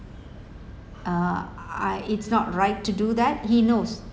uh I it's not right to do that he knows